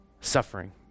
suffering